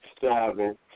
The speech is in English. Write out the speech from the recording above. seven